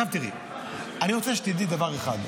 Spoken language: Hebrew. אני רוצה שתדעי דבר אחד: